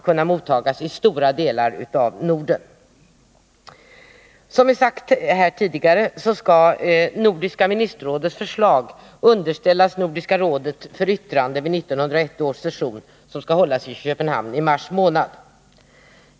53 Som vi tidigare har sagt skall Nordiska ministerrådets förslag underställas Nordiska rådet för yttrande vid 1981 års session, som skall hållas i Köpenhamn i mars månad.